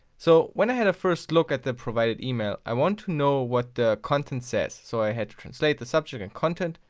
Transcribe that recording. so when i had a first look at the provided email, i wanted to know what the content says. so i had to translate the subject and content.